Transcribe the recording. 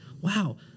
wow